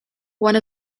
one